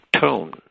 tone